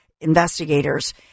Investigators